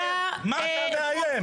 מה אתה מאיים?